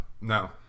No